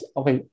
okay